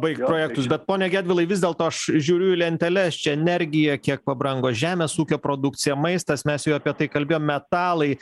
baikt projektus bet pone gedvilai vis dėlto aš žiūriu į lenteles čia energija kiek pabrango žemės ūkio produkcija maistas mes jau apie tai kalbėjom metalai